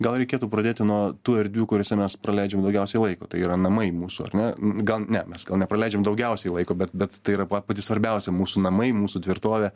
gal reikėtų pradėti nuo tų erdvių kuriose mes praleidžiam daugiausiai laiko tai yra namai mūsų ar ne gal ne mes gal nepraleidžiam daugiausiai laiko bet bet tai yra pati svarbiausia mūsų namai mūsų tvirtovė